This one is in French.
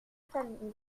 familles